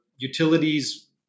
utilities